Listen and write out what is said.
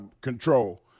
control